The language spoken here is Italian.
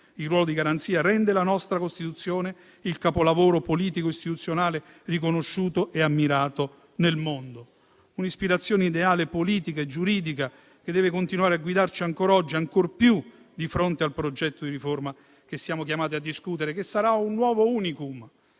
il ruolo di garanzia: ciò rende la nostra Costituzione il capolavoro politico istituzionale riconosciuto e ammirato nel mondo. Un'ispirazione ideale, politica e giuridica che deve continuare a guidarci, ancora oggi e ancor più di fronte al progetto di riforma che siamo chiamati a discutere, che sarà un nuovo *unicum*.